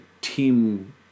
team